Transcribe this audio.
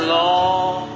long